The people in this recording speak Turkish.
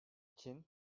için